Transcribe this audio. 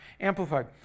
Amplified